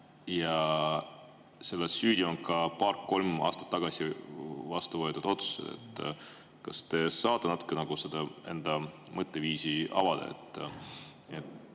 ja selles on süüdi paar-kolm aastat tagasi vastuvõetud otsused. Kas te saate natukene enda mõtteviisi avada?